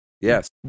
Yes